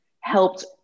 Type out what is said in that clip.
helped